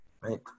right